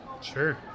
Sure